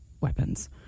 weapons